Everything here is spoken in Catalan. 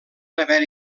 haver